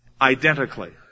identically